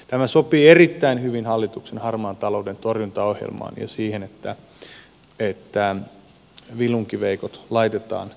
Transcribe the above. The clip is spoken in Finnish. tämä sopii erittäin hyvin hallituksen harmaan talouden torjuntaohjelmaan ja siihen että vilunkiveikot laitetaan kuriin